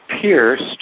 pierced